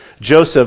Joseph